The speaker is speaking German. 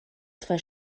zwei